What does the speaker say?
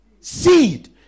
seed